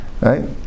right